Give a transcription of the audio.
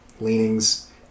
leanings